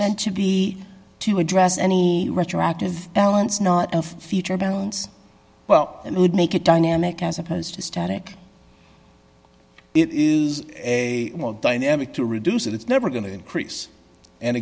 meant to be to address any retroactive balance not a feature balance well and it would make it dynamic as opposed to static it is a dynamic to reduce it's never going to increase and